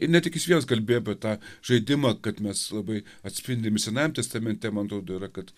ir ne tik jis vienas kalbėjo apie tą žaidimą kad mes labai atspindim ir senajam testamente man atrodo yra kad